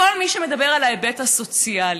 כל מי שמדבר על ההיבט הסוציאלי,